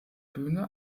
bühne